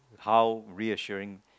how reassuring